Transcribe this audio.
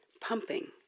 pumping